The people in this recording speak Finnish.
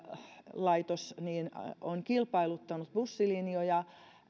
on kilpailuttanut bussilinjoja